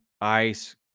ice